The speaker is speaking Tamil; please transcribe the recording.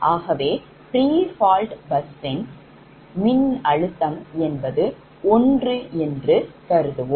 ஆகவே prefault busன் மின்னழுத்தம் என்பது 1 என்று கருதுவோம்